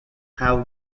have